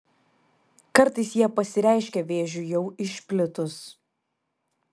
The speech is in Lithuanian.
kartais jie pasireiškia vėžiui jau išplitus